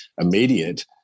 immediate